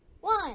one